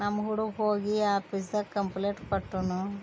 ನಮ್ಮ ಹುಡುಗ ಹೋಗಿ ಆಫೀಸ್ದಾಗ ಕಂಪ್ಲೇಂಟ್ ಕೊಟ್ಟನು